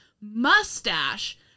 mustache